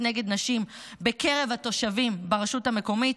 נגד נשים בקרב התושבים ברשות המקומית,